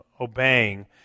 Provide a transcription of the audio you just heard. obeying